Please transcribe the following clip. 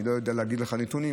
אני לא יודע להגיד לך נתונים,